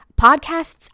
Podcasts